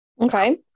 Okay